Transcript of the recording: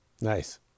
Nice